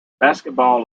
basketball